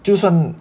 mm